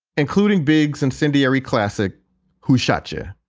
including big's incendiary classic who chacha.